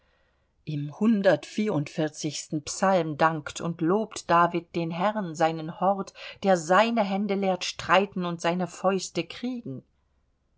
im psalm dankt und lobt david den herrn seinen hort der seine hände lehrt streiten und seine fäuste kriegen